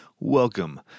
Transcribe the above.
Welcome